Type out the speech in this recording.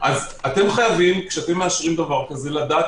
כשאתם מאשרים דבר כזה אתם חייבים לדעת